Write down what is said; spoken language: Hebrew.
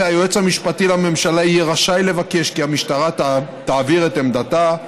היועץ המשפטי לממשלה יהיה רשאי לבקש כי המשטרה תעביר את עמדתה,